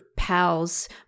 Pals